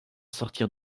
sortir